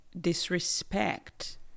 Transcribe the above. disrespect